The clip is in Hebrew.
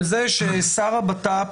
על זה ששר הבט"פ